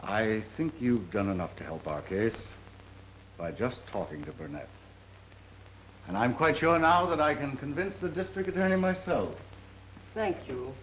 i think you've done enough to help our case by just talking to the net and i'm quite sure now that i can convince the district attorney myself thank